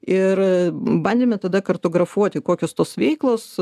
ir bandėme tada kartografuoti kokios tos veiklos